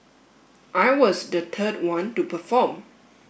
I was the third one to perform